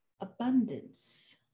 abundance